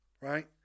Right